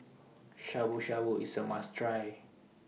Shabu Shabu IS A must Try